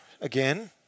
again